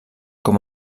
com